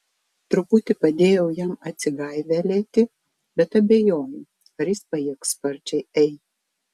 truputį padėjau jam atsigaivelėti bet abejoju ar jis pajėgs sparčiai ei